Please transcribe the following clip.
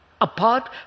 apart